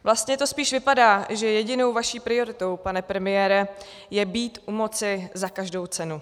Vlastně to spíš vypadá, že jedinou vaší prioritou, pane premiére, je být u moci za každou cenu.